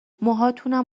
موهاتونم